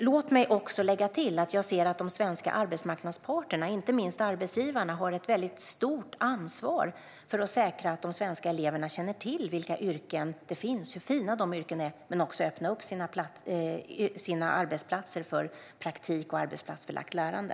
Låt mig också lägga till att jag ser att de svenska arbetsmarknadsparterna, inte minst arbetsgivarna, har ett väldigt stort ansvar för att säkra att de svenska eleverna känner till vilka yrken det finns och hur fina dessa yrken är liksom för att öppna upp sina arbetsplatser för praktik och arbetsplatsförlagt lärande.